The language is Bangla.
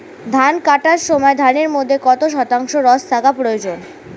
ধান কাটার সময় ধানের মধ্যে কত শতাংশ রস থাকা প্রয়োজন?